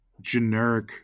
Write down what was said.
generic